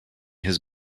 his